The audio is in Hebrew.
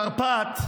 י"ח באב תרפ"ט